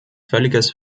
völliges